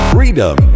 Freedom